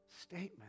statement